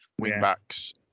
wing-backs